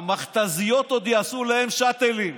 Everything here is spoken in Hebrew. המכת"זיות עוד יעשו להם שאטלים,